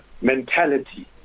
mentality